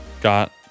got